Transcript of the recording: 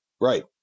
Right